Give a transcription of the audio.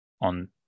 on